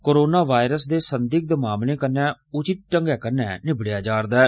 corona virus दे संदिग्ध मामलें कन्नै उचित ढंगै कन्नै निबड़ेया जा रदा ऐ